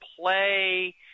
play